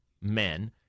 men